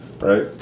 right